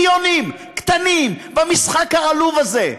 פיונים, קטנים, במשחק העלוב הזה.